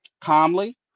calmly